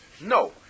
no